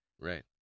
Right